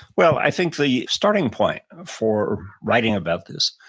well, i think the starting point for writing about this,